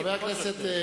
חברי הכנסת,